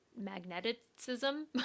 magnetism